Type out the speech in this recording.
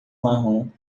marrom